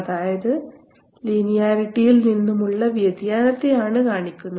അതായത് ലീനിയാരിറ്റിയിൽ നിന്നുമുള്ള വ്യതിയാനത്തെ ആണ് കാണിക്കുന്നത്